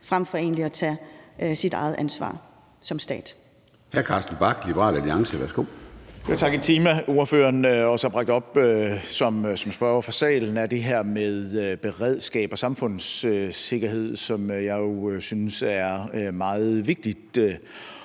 frem for egentlig at tage sit eget ansvar som stat.